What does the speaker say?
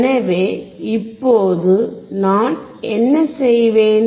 எனவே இப்போது நான் என்ன செய்வேன்